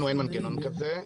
לנו אין מנגנון כזה.